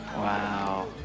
wow!